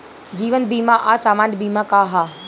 जीवन बीमा आ सामान्य बीमा का ह?